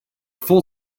full